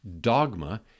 dogma